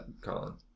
Colin